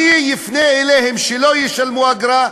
אני אפנה אליהם שלא ישלמו אגרה,